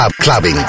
clubbing